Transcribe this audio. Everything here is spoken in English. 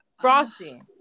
Frosty